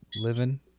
living